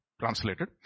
translated